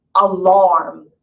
alarm